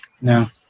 no